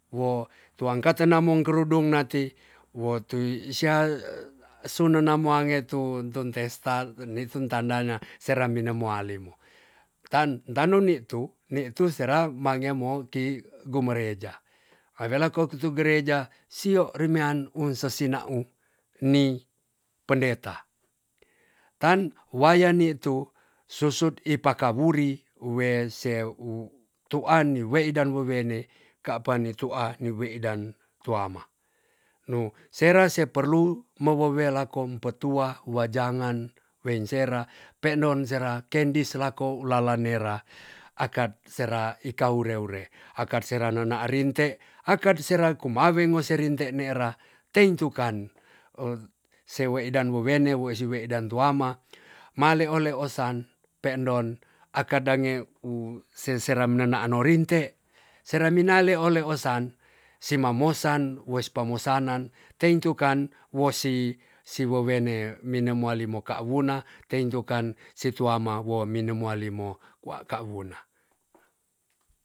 Wo tuang ka tena mong kerudung natiwotu isya su nena mo ange tu tunte sta nitun tan dana sera mine moali mo tan tanu nitu nitu sera mangemo ti gumereja hawela ko ku tu gereja sio rimean un sesinaung ni pendeta tan waya nitu susut ipa kawuri we se tuan weidan wawene kapa nitu a ni weidan tuama nu sera se perlu mo wewela kom petua wajangan wein sera pendon sera kendis lako ulala nera akat sera ika wure ure akat sera nena rinte akat sera kumaweng ngo serinte nera teintu kan nse weidan wowene wo se weidan tuama ma leo leo san pendon aka dange u sesera me nonaan no rinte sera mia leo leo san sima mosan wos pa mosana n teintu kan wo si si wowene mine moali mo ka wuna teintu kan si tuama wo mine moali mo kua kawuna